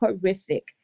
horrific